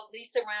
Lisa